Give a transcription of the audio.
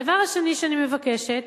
הדבר השני שאני מבקשת,